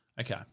Okay